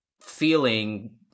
feeling